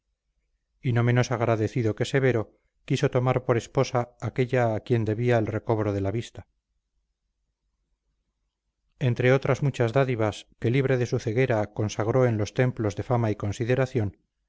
y no menos agradecido que severo quiso tomar por esposa aquella a quien debía el recobro de la vista entre otras muchas dádivas que libre de su ceguera consagró en los templos de más fama y consideración